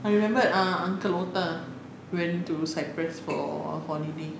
I remember ah uncle muta went to cyprus for holiday